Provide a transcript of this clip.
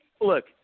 look